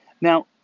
Now